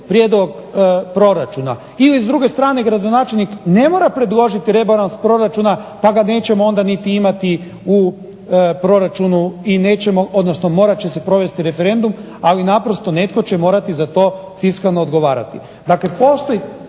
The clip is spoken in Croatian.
prijedlog proračuna. Ili s druge strane gradonačelnik ne mora predložiti rebalans proračuna pa ga nećemo onda niti imati u proračunu i nećemo, odnosno morat će se provesti referendum, ali naprosto netko će morati za to fiskalno odgovarati. Dakle, postoji